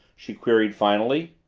she queried finally.